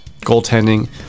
goaltending